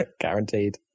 Guaranteed